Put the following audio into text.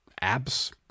abs